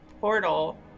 portal